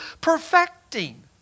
perfecting